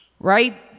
right